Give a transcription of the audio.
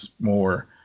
more